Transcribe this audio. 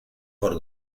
por